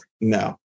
no